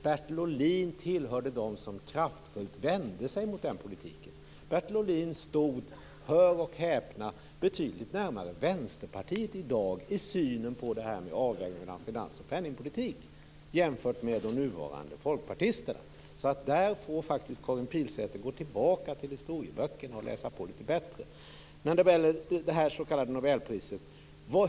Bertil Ohlin tillhörde dem som kraftfullt vände sig mot den politiken. Bertil Ohlin stod, hör och häpna, betydligt närmare Vänsterpartiet i dag i synen på detta med avvägning mellan finans och penningpolitik jämfört med de nuvarande folkpartisterna. Där får faktiskt Karin Pilsäter gå tillbaka till historieböckerna och läsa på lite bättre. Beträffande detta s.k. nobelpris vill jag säga följande.